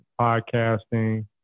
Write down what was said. podcasting